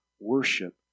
Worship